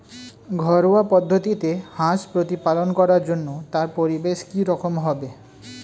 ঘরোয়া পদ্ধতিতে হাঁস প্রতিপালন করার জন্য তার পরিবেশ কী রকম হবে?